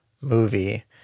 movie